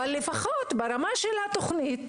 אבל לפחות ברמה של התוכנית